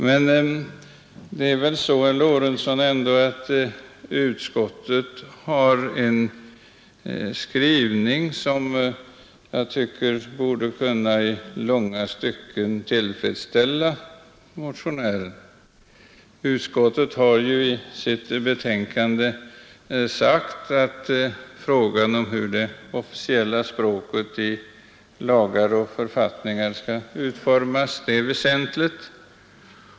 Men, herr Lorentzon, utskottet har ändå en skrivning som jag tycker i långa stycken borde kunna tillfredsställa motionären. Utskottet har ju i sitt betänkande sagt att frågan om hur det officiella språket i lagar och författningar skall utformas är väsentlig.